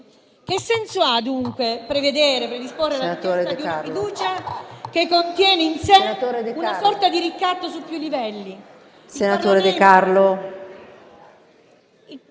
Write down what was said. Che senso ha dunque prevedere e predisporre la richiesta di una fiducia che contiene in sé una sorta di ricatto su più livelli?